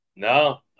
no